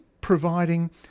providing